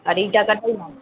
আর এই টাকাটাই লাগবে